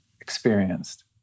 experienced